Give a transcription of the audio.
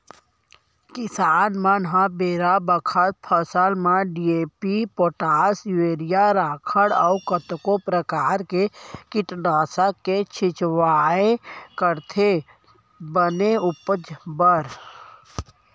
किसान मन ह बेरा बखत फसल म डी.ए.पी, पोटास, यूरिया, राखड़ अउ कतको परकार के कीटनासक के छिड़काव करथे बने उपज बर